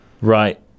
Right